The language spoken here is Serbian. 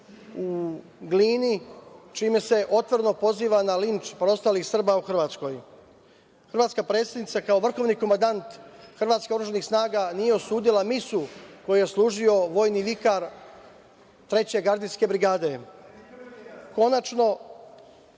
u Glini, čime se otvoreno poziva na linč preostalih Srba u Hrvatskoj. Hrvatska predsednica, kao vrhovni komandant hrvatskih oružanih snaga, nije osudila misu koju je služio vojni vikar Treće gardijske brigade. Konačno.